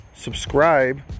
subscribe